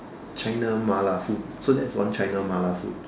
China Mala food so that's one China Mala food